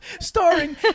starring